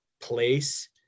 place